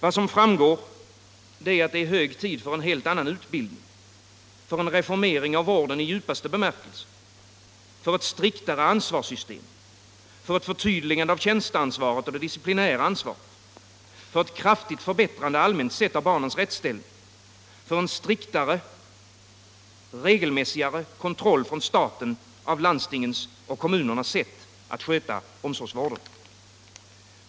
Vad som framgår är, att det är hög tid för en helt annan utbildning, för en reformering av vården i djupaste bemärkelse, för ett striktare ansvarssystem, för ett förtydligande av tjänsteansvaret och det disciplinära ansvaret, för en kraftig förbättring allmänt sett av barnens rättsställning, för en striktare och mera regelmässig kontroll från staten av landstingens och kommunernas sätt att sköta omsorgsvården.